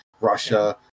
Russia